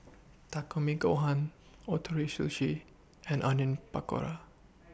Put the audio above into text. Takikomi Gohan Ootoro Sushi and Onion Pakora